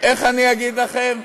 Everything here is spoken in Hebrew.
איך אני אגיד לכן?